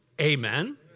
Amen